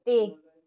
ਤੇ